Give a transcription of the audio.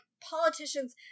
politicians